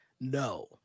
No